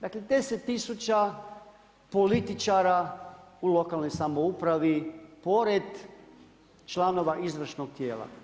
Dakle, 10000 političara u lokalnoj samoupravi, pored članova izvršnog tijela.